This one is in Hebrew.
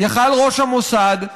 יכול היה ראש המוסד,